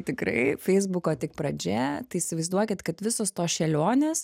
tikrai feisbuko tik pradžia tai įsivaizduokit kad visos tos šėlionės